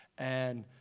and